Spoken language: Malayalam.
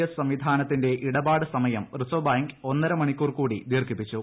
എസ് സംവിധാനത്തിന്റെ ഇടപാട് സമയം റിസർവ് ബാങ്ക് ഒന്നരമണിക്കൂർ കൂടി ദീർഘിപ്പിച്ചു